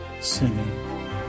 singing